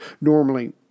normally